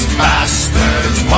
bastards